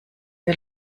wir